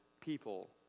people